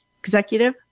Executive